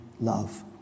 love